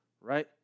right